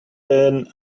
than